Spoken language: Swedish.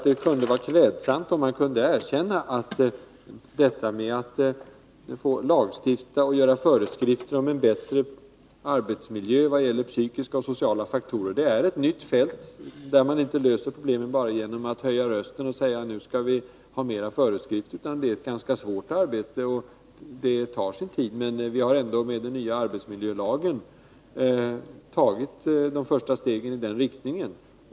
Det vore kanske klädsamt att erkänna att lagstiftningen och utformningen av föreskrifter om en bättre arbetsmiljö när det gäller psykiska och sociala faktorer är ett nytt fält, där man inte löser problemen genom att bara höja rösten och säga att vi skall ha flera föreskrifter. Det är ett svårt arbete som tar sin tid. Vi har med den nya arbetsmiljölagen ändå tagit de första stegen i den riktningen.